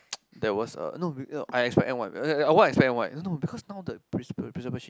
there was a no no I explain why because now the